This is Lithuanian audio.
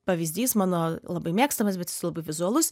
pavyzdys mano labai mėgstamas bet jis labai vizualus